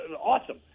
Awesome